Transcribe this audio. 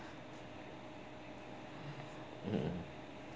mmhmm